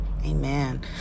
amen